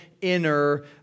inner